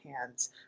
hands